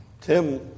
Tim